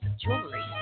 jewelry